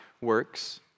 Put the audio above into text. works